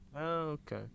Okay